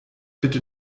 bitte